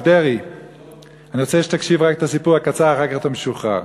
אני רוצה שתקשיב לסיפור הקצר, אחר כך אתה משוחרר.